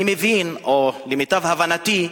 למיטב הבנתי,